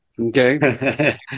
okay